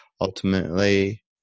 ultimately